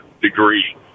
degree